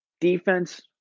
Defense